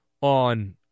on